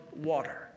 water